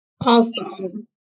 Awesome